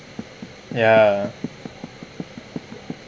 ya